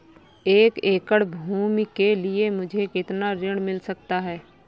एक एकड़ भूमि के लिए मुझे कितना ऋण मिल सकता है?